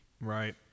right